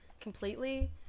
completely